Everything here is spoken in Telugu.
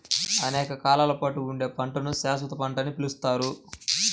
అనేక కాలాల పాటు ఉండే పంటను శాశ్వత పంట అని పిలుస్తారు